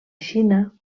xina